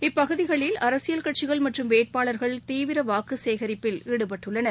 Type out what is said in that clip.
இப்பகுதிகளில் அரசியல் கட்சிகள் மற்றும் வேட்பாளர்கள் தீவிரவாக்குசேகரிப்பில் ஈடுபட்டுள்ளனர்